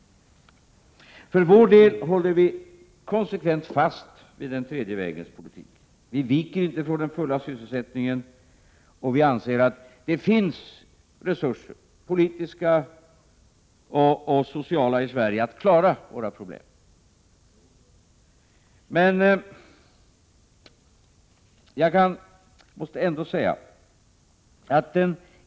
För vår del håller vi konsekvent fast vid den tredje vägens politik. Vi viker inte från den fulla sysselsättningen, och vi anser att det finns politiska och sociala resurser i Sverige för att klara våra problem.